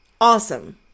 awesome